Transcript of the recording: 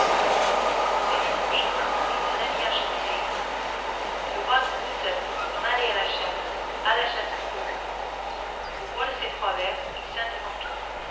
il poursuivit son chemin et se remit à chanter le roi coupdesabot s'en allait à la chasse à la chasse aux corbeaux au bout de ces trois vers il